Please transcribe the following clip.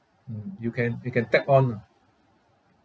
hmm you can you can tap on lah